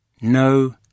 No